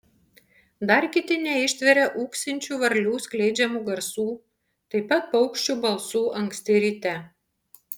dar kiti neištveria ūksinčių varlių skleidžiamų garsų taip pat paukščių balsų anksti ryte